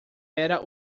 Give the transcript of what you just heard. era